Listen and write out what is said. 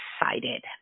excited